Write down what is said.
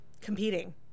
competing